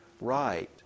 right